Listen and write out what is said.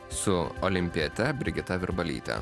su olimpiete brigita virbalyte